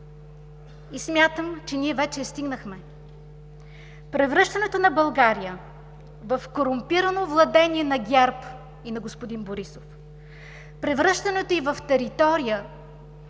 и смятам, че ние вече я стигнахме – превръщането на България в корумпирано владение на ГЕРБ и на господин Борисов. Превръщането ѝ в територия,